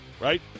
right